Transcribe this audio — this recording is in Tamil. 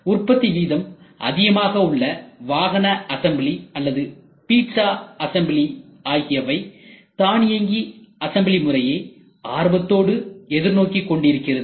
உற்பத்தி வீதம் அதிகமாக உள்ள வாகன அசம்பிளி அல்லது பீட்சா அசெம்பிளி ஆகியவை தானியங்கி அசெம்பிளி முறையை ஆர்வத்தோடு எதிர்நோக்கி கொண்டிருக்கிறது